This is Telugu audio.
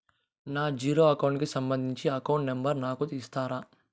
నా జీరో అకౌంట్ కి సంబంధించి అకౌంట్ నెంబర్ ను నాకు ఇస్తారా